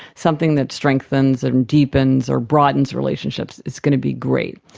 something that strengthens and deepens or broadens relationships is going to be great.